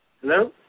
Hello